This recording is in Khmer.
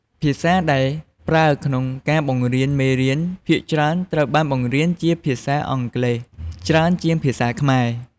ភាសាដែលប្រើក្នុងការបង្រៀនមេរៀនភាគច្រើនត្រូវបានបង្រៀនជា ភាសាអង់គ្លេសច្រើនជាងភាសាខ្មែរ។